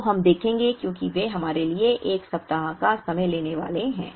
0 हम देखेंगे क्योंकि वे हमारे लिए 1 सप्ताह का समय लेने वाले हैं